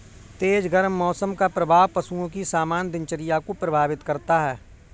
तेज गर्म मौसम का प्रभाव पशुओं की सामान्य दिनचर्या को प्रभावित करता है